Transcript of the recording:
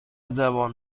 زبان